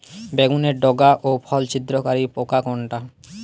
বেগুনের ডগা ও ফল ছিদ্রকারী পোকা কোনটা?